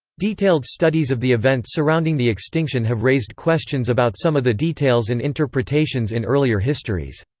detailed studies of the events surrounding the extinction have raised questions about some of the details and interpretations in earlier histories.